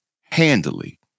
handily